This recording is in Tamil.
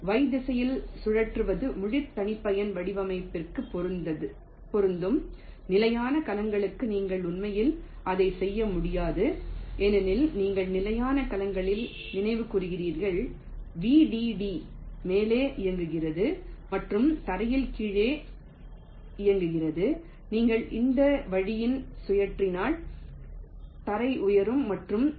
Y திசையில் சுழற்றுவது முழு தனிப்பயன் வடிவமைப்பிற்கு பொருந்தும் நிலையான கலங்களுக்கு நீங்கள் உண்மையில் அதை செய்ய முடியாது ஏனெனில் நீங்கள் நிலையான கலங்களில் நினைவு கூர்கிறீர்கள் VDD மேலே இயங்குகிறது மற்றும் தரையில் கீழே இயங்குகிறது நீங்கள் இந்த வழியில் சுழன்றால் தரை உயரும் மற்றும் வி